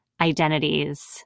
identities